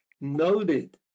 noted